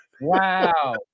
Wow